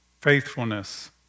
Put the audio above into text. faithfulness